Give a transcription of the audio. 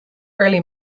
early